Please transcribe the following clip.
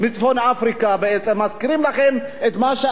בעצם מזכירים לכם את מה שעשו אבות אבותינו.